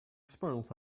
spoiled